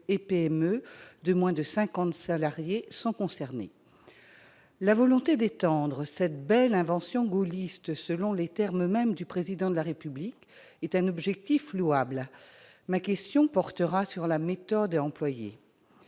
de moins de 50 salariés sont concernés. La volonté d'étendre cette « belle invention gaulliste », selon les termes mêmes du Président de la République, est un objectif louable. Ma question portera sur la méthode à employer.